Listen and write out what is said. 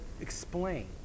explain